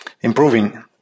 improving